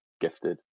gifted